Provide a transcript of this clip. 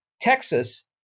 Texas